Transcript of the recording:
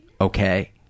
okay